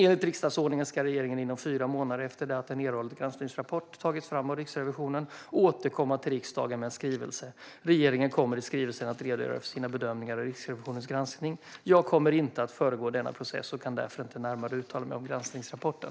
Enligt riksdagsordningen ska regeringen inom fyra månader efter det att den erhållit en granskningsrapport som har tagits fram av Riksrevisionen återkomma till riksdagen med en skrivelse. Regeringen kommer i skrivelsen att redogöra för sina bedömningar av Riksrevisionens granskning. Jag kommer inte att föregå denna process och kan därför inte närmare uttala mig om granskningsrapporten.